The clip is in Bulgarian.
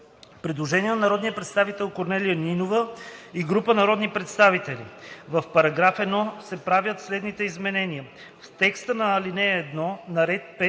Предложение на народния представител Корнелия Нинова и група народни представители: „I. В § 1 се правят следните изменения: 1. В текста на ал. 1, на ред 5.